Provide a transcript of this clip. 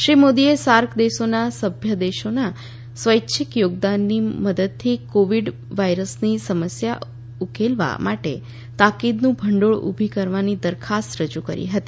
શ્રી મોદીએ સાર્ક દેશોના સભ્ય દેશોના સ્વૈચ્છિક યોગદાનની મદદથી કોવિડ વાયરસની સમસ્યા ઉકેલવા માટે તાકીદનું ભંડોળ ઉભી કરવાની દરખાસ્ત રજુ કરી હતી